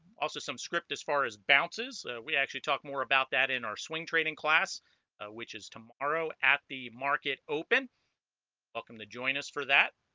also some script as far as bounces we actually talk more about that in our swing trading class which is tomorrow at the market open welcome to join us for that